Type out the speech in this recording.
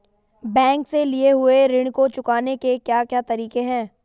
Bank से लिए हुए ऋण को चुकाने के क्या क्या तरीके हैं?